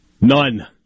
None